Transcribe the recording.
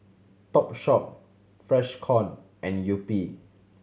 Topshop Freshkon and Yupi